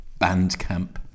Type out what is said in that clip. Bandcamp